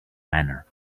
manner